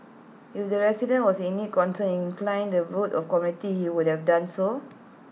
if the president was indeed concerned and inclined the veto of commitment he would have done so